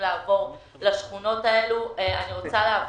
שכונות באילת, בערד,